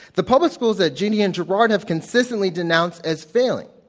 the public schools that jeanne and gerard have consistently denounced as failing.